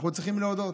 אנחנו צריכים להודות,